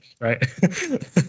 right